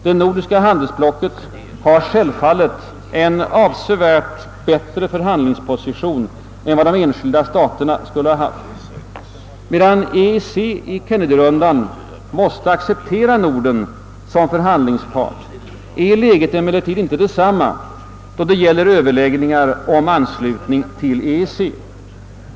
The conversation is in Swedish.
Det nordiska handelsblocket har självfallet en avsevärt bättre förhandlingsposition än de enskilda staterna skulle ha haft. Medan EEC i Kennedy-rundan måste acceptera Norden som förhandlingspart är läget inte detsamma då det gäller överläggningar om anslutning till EEC.